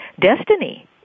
destiny